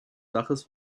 daches